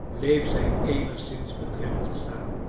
bleef zij eenigszins bedremmeld staan